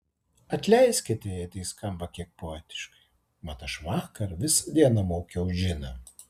atleiskite jei tai skamba kiek poetiškai mat aš vakar visą dieną maukiau džiną